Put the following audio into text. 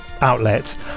outlet